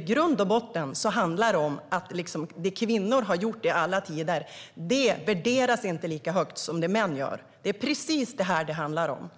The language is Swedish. I grund och botten handlar det om att det kvinnor gör och har gjort i alla tider inte värderas lika högt som det män gör. Det är precis det som det handlar om.